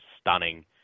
stunning